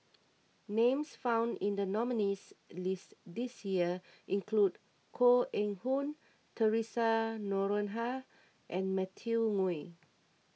names found in the nominees' list this year include Koh Eng Hoon theresa Noronha and Matthew Ngui